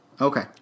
Okay